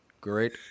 Great